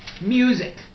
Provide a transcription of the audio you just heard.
Music